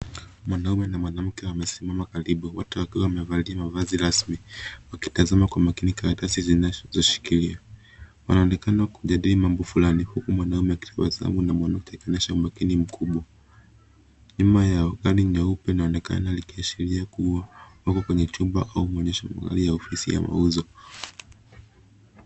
Mwanaume na mwanamke wamesimama karibu. Wote wakiwa wamevalia mavazi rasmi, wakitazama kwa makini karatasi zinazoshikilia. Wanaonekana kujadili mambo fulani, huku mwanaume akitabasamu na mwanamke akionyesha umakini mkubwa. Nyuma yao, gari nyeupe linaonekana likiashiria kua wako kwenye chumba au maonyesho ya gari au ofisi ya wauza.